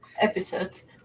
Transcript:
Episodes